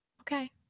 Okay